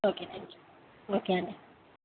okay thank you okay అండి